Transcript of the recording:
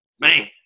man